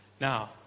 Now